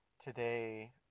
Today